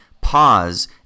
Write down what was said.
pause